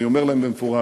אני אומר להם במפורש: